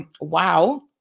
Wow